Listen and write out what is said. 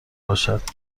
باشد